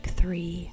three